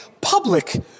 public